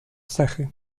cechy